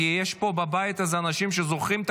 כי יש פה בבית הזה אנשים שזוכרים את